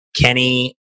Kenny